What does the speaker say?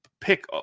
pick